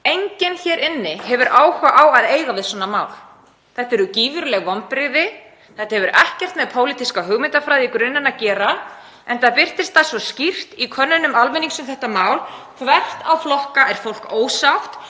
Enginn hér inni hefur áhuga á að eiga við svona mál. Þetta eru gífurleg vonbrigði. Þetta hefur í grunninn ekkert með pólitíska hugmyndafræði að gera, enda birtist það svo skýrt í könnunum meðal almennings um þetta mál að þvert á flokka er fólk ósátt.